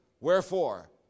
wherefore